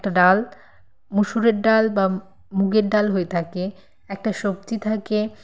একটা ডাল মুসুরের ডাল বা মুগের ডাল হয়ে থাকে একটা সবজি থাকে